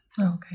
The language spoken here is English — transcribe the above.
Okay